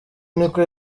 niko